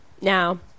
Now